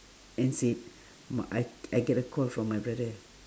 and sit my I I get a call from my brother